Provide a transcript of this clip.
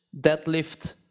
deadlift